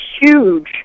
huge